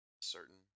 certain